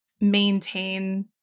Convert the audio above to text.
maintain